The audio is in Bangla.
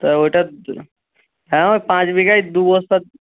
ওটা হ্যাঁ ওই পাঁচ বিঘায় দু বস্তা